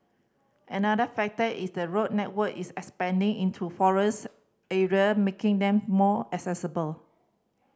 another factor is the road network is expanding into forest area making them more accessible